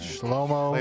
Shlomo